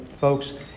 folks